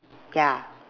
yeah